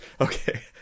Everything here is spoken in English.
Okay